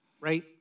right